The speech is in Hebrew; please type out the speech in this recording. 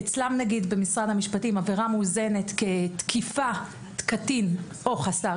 במשרד המשפטים למשל עבירה מוזנת כתקיפת קטין או חסר